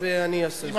תודה רבה, אני אעשה זאת.